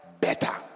better